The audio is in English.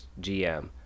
GM